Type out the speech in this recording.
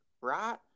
right